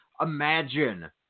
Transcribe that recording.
imagine